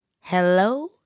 hello